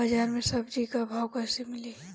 बाजार मे सब्जी क भाव कैसे मिली?